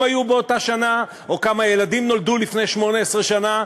היו באותה שנה או כמה ילדים נולדו לפני 18 שנה,